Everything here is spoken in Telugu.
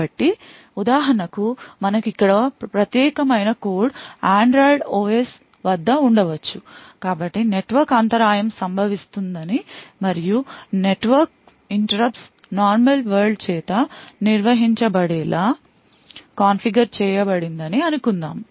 కాబట్టి ఉదాహరణకు మనకు ఇక్కడ ప్రత్యేకమైన కోడ్ Android OS వద్ద ఉండవచ్చు కాబట్టి నెట్వర్క్ అంతరాయం సంభవిస్తుందని మరియు నెట్వర్క్ interrupts నార్మల్ world చేత నిర్వహించబడేలా కాన్ఫిగర్ చేయబడిందని అనుకుందాం